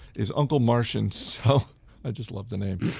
is uncle martian so i just love the name.